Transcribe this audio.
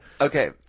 Okay